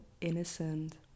innocent